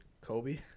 Kobe